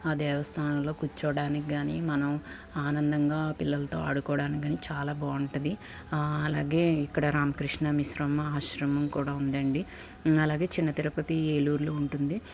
ఆ దేవస్థానంలో కూర్చోడానికి కాని మనం ఆనందంగా పిల్లలతో ఆడుకోవడానికి చాలా బాగుంటుంది అలాగే ఇక్కడ రామకృష్ణ మిశ్రమ ఆశ్రమం కూడా ఉందండి అలాగే చిన్న తిరుపతి ఏలూరులో ఉంటుంది